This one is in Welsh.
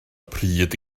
pryd